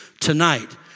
tonight